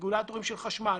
רגולטורים של חשמל